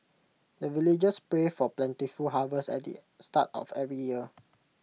the villagers pray for plentiful harvest at the start of every year